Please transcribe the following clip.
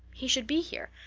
he should be here.